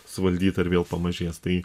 suvaldyta ir vėl pamažės tai